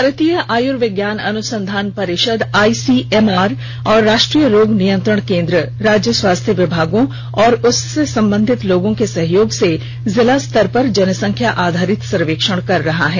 भारतीय आयुर्विज्ञान अनंसुधान परिषद आईसीएमआर और राष्ट्रीय रोग नियंत्रण केन्द्र राज्य स्वास्थ्य विभागों और उससे संबंधित लोगों के सहयोग से जिलास्तर पर जनसंख्या आधरित सर्वेक्षण कर रहा है